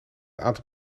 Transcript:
aantal